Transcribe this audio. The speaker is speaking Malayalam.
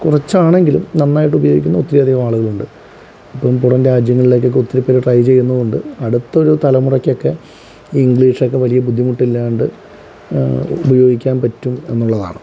കുറച്ചാണെങ്കിലും നന്നായിട്ട് ഉപയോഗിക്കുന്ന ഒത്തിരി അധികം ആളുകളുണ്ട് ഇപ്പം പുറം രാജ്യങ്ങളിലേക്കൊക്കെ ഒത്തിരി പേർ ട്രൈ ചെയ്യുന്നും ഉണ്ട് അടുത്തൊരു തലമുറയ്ക്കൊക്കെ ഇംഗ്ലീഷൊക്കെ വലിയ ബുദ്ധിമുട്ടില്ലാണ്ട് ഉപയോഗിക്കാൻ പറ്റും എന്നുള്ളതാണ്